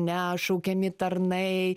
ane šaukiami tarnai